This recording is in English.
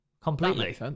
Completely